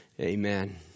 Amen